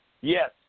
Yes